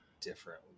different